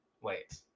Wait